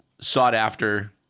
sought-after